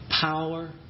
power